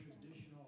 traditional